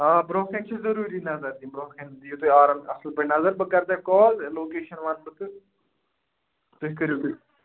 آ برٛونٛہہ کَنہِ چھِ ضروٗری نظر دِنۍ برٛونٛٹھٕ کَنہِ دِیِو تُہۍ آرام اَصٕل پٲٹھۍ نظر بہٕ کَرٕ تۄہہِ کال لوکیشَن وَنہٕ بہٕ تہٕ تُہۍ کٔرِو تُہۍ